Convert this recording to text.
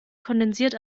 kondensiert